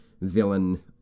villain